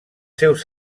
seus